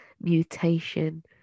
mutation